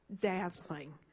dazzling